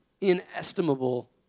inestimable